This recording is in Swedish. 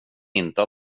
inte